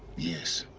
yes